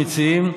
המציעים,